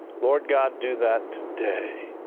lord god, do that today.